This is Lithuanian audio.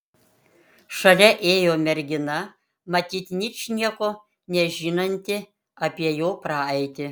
šalia ėjo mergina matyt ničnieko nežinanti apie jo praeitį